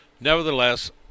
Nevertheless